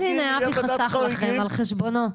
אז, הינה, אבי חסך לכם על חשבונו.